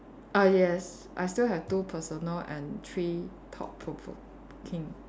ah yes I still have two personal and three thought provoking